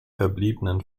verbliebenen